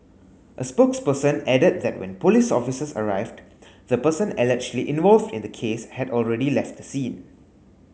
a spokesperson added that when police officers arrived the person allegedly involved in the case had already left the scene